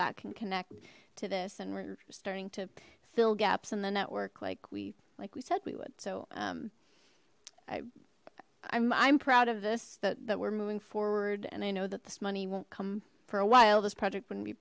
that can connect to this and we're starting to fill gaps in the network like we like we said we would so um i i'm proud of this that that we're moving forward and i know that this money won't come for a while this project wouldn't be